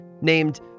named